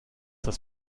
das